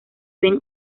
ven